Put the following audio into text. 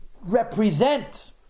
represent